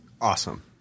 Awesome